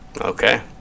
Okay